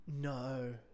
No